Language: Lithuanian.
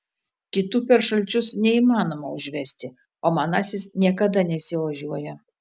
kitų per šalčius neįmanoma užvesti o manasis niekada nesiožiuoja